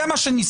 זה מה שניסיתם.